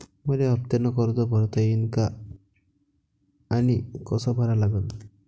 मले हफ्त्यानं कर्ज भरता येईन का आनी कस भरा लागन?